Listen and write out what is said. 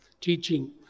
teaching